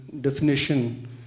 definition